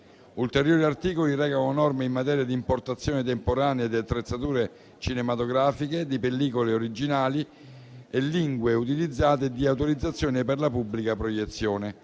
Ulteriori articoli recano norme in materia di importazione temporanea di attrezzature cinematografiche, di pellicole originali e lingue utilizzate, nonché di autorizzazione per la pubblica proiezione.